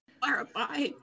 clarify